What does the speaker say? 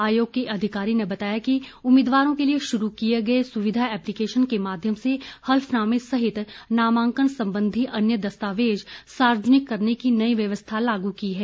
आयोग के एक अधिकारी ने बताया कि उम्मीदवारों के लिए शुरू किए गए सुविधा एप्लीकेशन के माध्यम से हलफनामे सहित नामांकन संबंधी अन्य दस्तावेज सार्वजनिक करने की नई व्यवस्था लागू की है